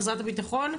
החזרת הביטחון.